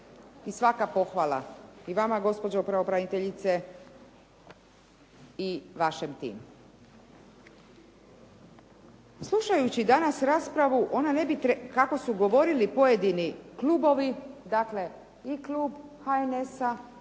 I svaka pohvala i vama gospođo pravobraniteljice i vašem timu. Slušajući danas raspravu ona ne bi, kako su govorili pojedini klubovi, dakle i klub HNS-a